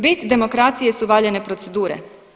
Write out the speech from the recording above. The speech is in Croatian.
Bit demokracije su valjane procedure.